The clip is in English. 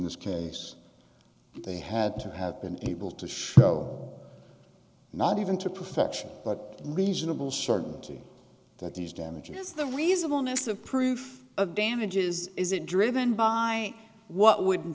this case they had to have been able to show not even to perfection but reasonable certainty that these damages the reasonableness of proof of damages is it driven by what would